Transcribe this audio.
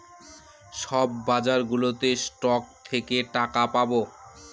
সব বাজারগুলোতে স্টক থেকে টাকা পাবো